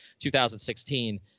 2016